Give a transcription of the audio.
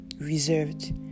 reserved